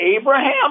Abraham